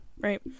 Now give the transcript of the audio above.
right